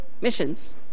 missions